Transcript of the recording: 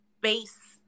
base